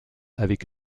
avec